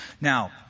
Now